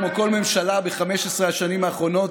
כמו כל ממשלה ב-15 השנים האחרונות,